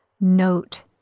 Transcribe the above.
note